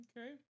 Okay